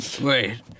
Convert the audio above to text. Wait